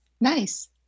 Nice